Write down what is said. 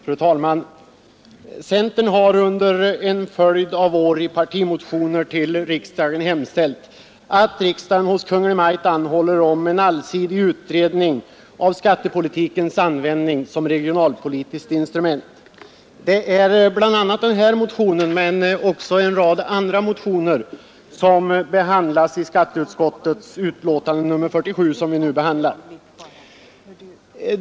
Fru talman! Centern har under en följd av år i partimotioner till riksdagen hemställt att riksdagen hos Kungl. Maj:t måtte anhålla om en allsidig utredning av skattesystemets användning som regionalpolitiskt instrument. Det är bl.a. denna vår motion, men också en rad andra motioner, som upptas i skatteutskottets betänkande nr 47, vilket vi nu behandlar.